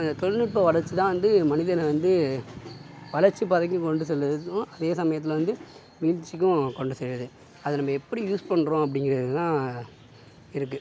தொழில் நுட்ப வளர்ச்சி தான் வந்து மனிதனை வந்து வளர்ச்சி பாதைக்கு கொண்டு செல்வதும் அதே சமயத்தில் வந்து வீழ்ச்சிக்கும் கொண்டு செல்வது அது நம்ம எப்படி யூஸ் பண்ணுறோம் அப்படிங்குறது தான் இருக்கு